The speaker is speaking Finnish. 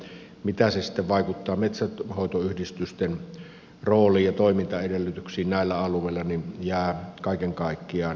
mitä se sitten vaikuttaa metsänhoitoyhdistysten rooliin ja toimintaedellytyksiin näillä alueilla jää kaiken kaikkiaan nähtäväksi